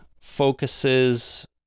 focuses